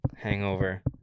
hangover